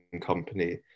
company